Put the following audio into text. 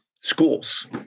schools